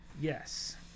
Yes